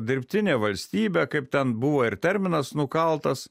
dirbtinė valstybė kaip ten buvo ir terminas nukaltas